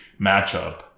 matchup